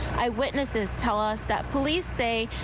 eyewitnesses tell us that police say